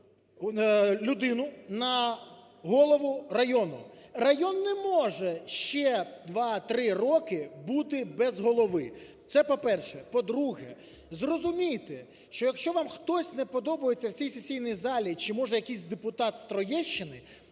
на голову району, район не може ще 2-3 роки бути без голови. Це, по-перше. По-друге, зрозумійте, що якщо вам хтось не подобається в цій сесійній залі чи може якийсь депутат з Троєщини,